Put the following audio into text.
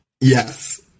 Yes